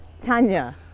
Tanya